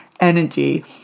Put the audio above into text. Energy